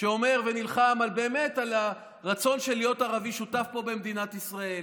שאומר ונלחם על באמת על הרצון להיות ערבי שותף פה במדינת ישראל,